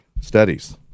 studies